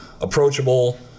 approachable